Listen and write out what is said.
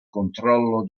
controllo